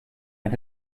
and